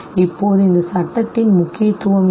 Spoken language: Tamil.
இப்போது இந்தச் சட்டத்தின் முக்கியத்துவம் என்ன